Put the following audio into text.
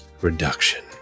reduction